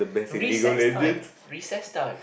recess time recess time